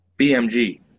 BMG